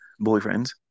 boyfriends